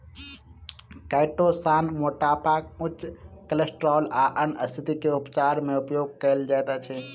chitosan मोटापा उच्च cholesterol आ अन्य स्तिथि के उपचार मे उपयोग कायल जाइत अछि